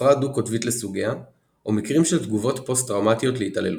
הפרעה דו-קוטבית לסוגיה או מקרים של תגובות פוסט טראומטיות להתעללות.